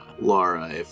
Laura